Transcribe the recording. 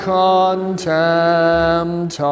contempt